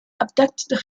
abducted